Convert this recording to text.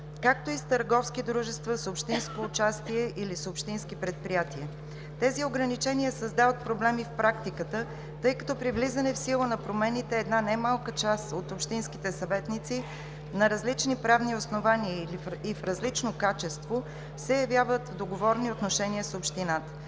както и с търговски дружества с общинско участие или с общински предприятия. Тези ограничения създават проблеми в практиката, тъй като при влизане в сила на промените една немалка част от общинските съветници, на различни правни основания и в различно качество, се явяват в договорни отношения с общината.